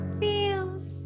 feels